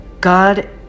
God